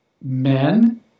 men